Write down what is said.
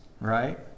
right